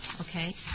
Okay